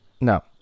No